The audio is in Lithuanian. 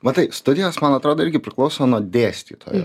matai studijos man atrodo irgi priklauso nuo dėstytojo